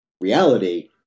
reality